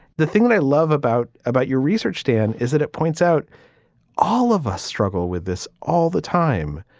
the thing and i love about about your research stand is that it points out all of us struggle with this all the time.